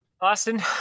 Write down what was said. Austin